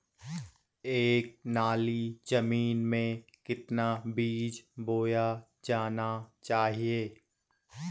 एक नाली जमीन में कितना बीज बोया जाना चाहिए?